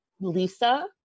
Lisa